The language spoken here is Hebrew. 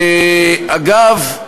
אגב,